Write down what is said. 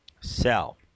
sell